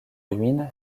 ruine